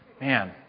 Man